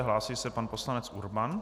Hlásí se pan poslanec Urban.